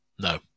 No